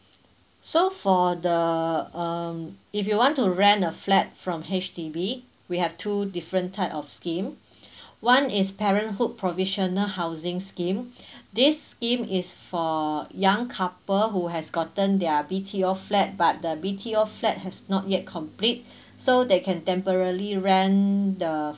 so for the um if you want to rent a flat from H_D_B we have two different type of scheme one is parenthood provisional housings scheme this scheme is for young couple who has gotten their B_T_O flat but the B_T_O flat has not yet complete so that can temporarily rent the